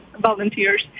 volunteers